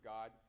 God